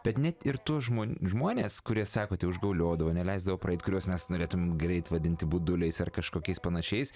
bet net ir tuos žmon žmones kurie sakote užgauliodavo neleisdavo praeit kuriuos mes norėtumėm greit vadinti buduliais ar kažkokiais panašiais